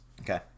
Okay